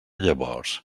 llavors